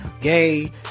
gay